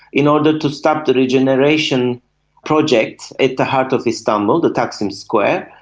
in order to stop the regeneration project in the heart of istanbul, the taksim square.